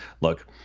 look